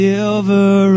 Silver